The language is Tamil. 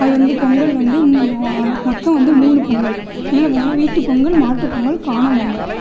அது வந்து பொங்கல் வந்து மொத்தம் வந்து மூணு பொங்கல் என்னென்ன பொங்கல்னால் வீட்டுப்பொங்கல் மாட்டுப்பொங்கல் காணும்பொங்கல்